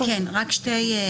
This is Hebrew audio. בבקשה.